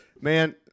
man